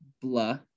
blah